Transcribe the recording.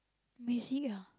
music ah